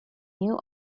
new